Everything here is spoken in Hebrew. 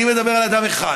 אני מדבר על אדם אחד.